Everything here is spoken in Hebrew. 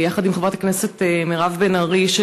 יחד עם חברת הכנסת מירב בן ארי,